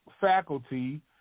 faculty